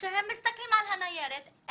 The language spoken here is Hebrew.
הם מסתכלים על הניירת,